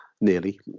nearly